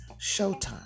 Showtime